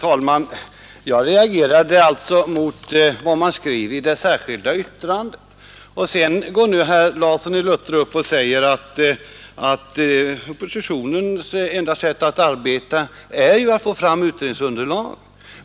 Herr talman! Jag reagerade mot vad som sägs i det särskilda yttrandet. Då invänder herr Larsson i Luttra att oppositionens enda sätt att arbeta är att få fram utredningsunderlag.